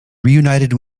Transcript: reunited